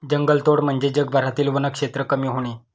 जंगलतोड म्हणजे जगभरातील वनक्षेत्र कमी होणे